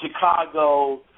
Chicago